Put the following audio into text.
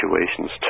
situations